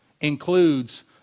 includes